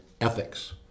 ethics